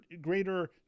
greater